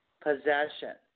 possession